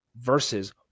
versus